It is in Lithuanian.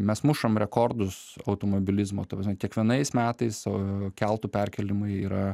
mes mušam rekordus automobilizmo ta prasme kiekvienais metais keltu perkėlimai yra